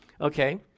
Okay